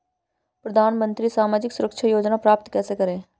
प्रधानमंत्री सामाजिक सुरक्षा योजना प्राप्त कैसे करें?